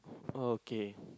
okay